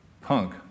punk